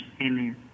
Amen